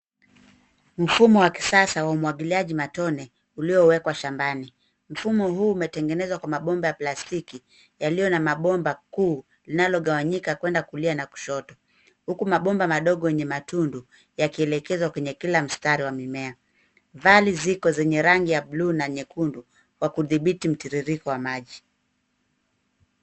Mfumo wa kisasa wa umwagiliaji matone uliowekwa shambani. Mfumo huu umetengenezwa kwa mabomba ya plastiki yaliyo na mabomba kuu inayogawanyika kuenda kulia na kushoto huku mabomba meupe madogo yenye matundu yakielekeza kwenye kila mstari wa mimea. Vali ziko zenye rangi ya bluu na nyekundu wa kudhibiti mtiririrko wa maji.